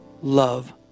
love